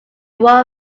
one